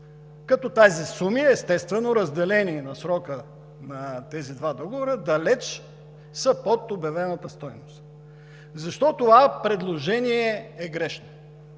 като тези суми естествено, разделени на срока на тези два договора, са далеч под обявената стойност. Защо това предложение е грешно?